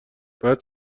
باید